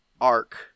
arc